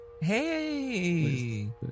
Hey